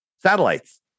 Satellites